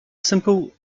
simple